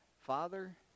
father